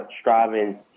striving